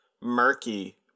murky